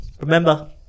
remember